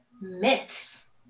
myths